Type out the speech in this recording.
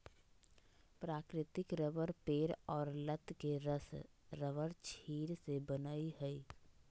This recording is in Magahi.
प्राकृतिक रबर पेड़ और लत के रस रबरक्षीर से बनय हइ